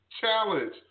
challenge